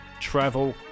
Travel